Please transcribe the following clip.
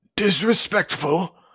Disrespectful